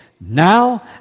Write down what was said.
Now